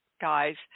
guys